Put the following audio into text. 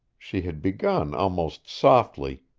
she had begun almost softly,